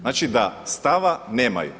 Znači da stava nemaju.